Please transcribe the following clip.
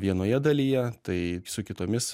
vienoje dalyje tai su kitomis